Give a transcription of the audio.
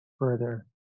further